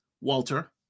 Walter